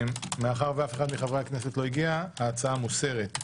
מאחר שאף אחד מחברי הכנסת לא הגיע ההצעה מוסרת.